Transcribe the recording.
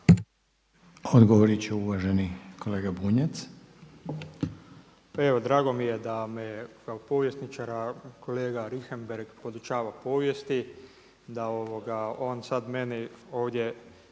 Odgovorit će uvaženi kolega Bunjac.